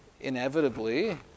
inevitably